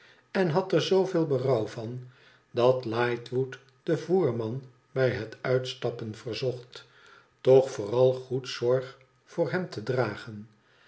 en luid er zooveel berouw van dat lightwood den voerman bij het uitstappen verzocht toch vooral goed zorg voor hem te dragen